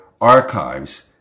archives